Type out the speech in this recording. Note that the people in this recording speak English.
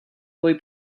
boy